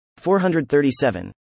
437